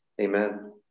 Amen